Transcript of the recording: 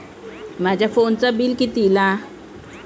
माझ्या फोनचा बिल किती इला?